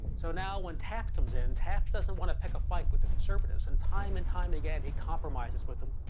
so now when taft comes in, taft doesn't wanna pick a fight with the conservatives. and time and time again he compromises with them.